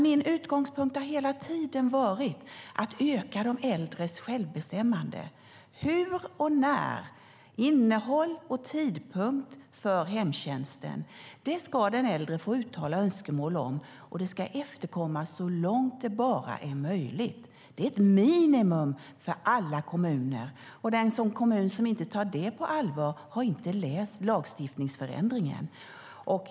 Min utgångspunkt har nämligen hela tiden varit att öka de äldres självbestämmande. Den äldre ska få uttala önskemål om hur och när, innehåll och tidpunkt för hemtjänsten, och det ska efterkommas så långt det bara är möjligt. Det är ett minimum för alla kommuner. Den kommun som inte tar det på allvar har inte läst lagstiftningsförändringen.